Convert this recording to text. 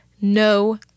no